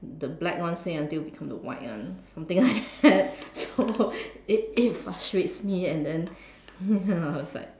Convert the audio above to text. the black one say until become the white one something like that so it it frustrates me and then ya I was like